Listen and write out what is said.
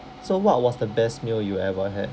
so what was the best meal you ever had